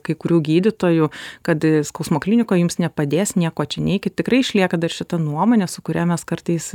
kai kurių gydytojų kad skausmo klinikoj jums nepadės nieko čia neikit tikrai išlieka dar šita nuomonė su kuria mes kartais